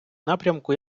напрямку